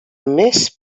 més